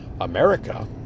America